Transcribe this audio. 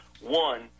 One